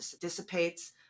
dissipates